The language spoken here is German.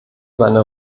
seine